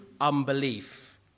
unbelief